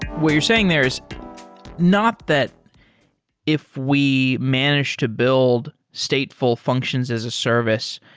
what you're saying there's not that if we managed to build stateful functions as a service,